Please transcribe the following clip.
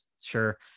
sure